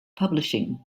publishing